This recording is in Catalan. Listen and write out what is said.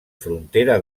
frontera